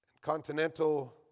continental